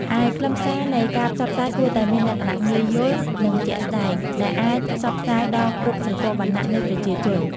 ឯខ្លឹមសារនៃការផ្សព្វផ្សាយគួរតែមានលក្ខណៈងាយយល់ និងជាក់ស្តែង ដែលអាចផ្សព្វផ្សាយដល់គ្រប់ស្រទាប់វណ្ណៈនៃប្រជាជន។